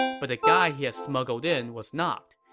but the guy he had smuggled in was not.